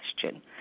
question